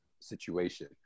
situation